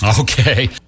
Okay